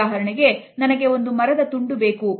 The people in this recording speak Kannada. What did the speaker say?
ಉದಾಹರಣೆಗೆ ನನಗೆ ಒಂದು ಮರದ ತುಂಡು ಬೇಕು